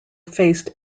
faced